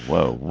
whoa, whoa.